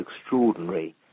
extraordinary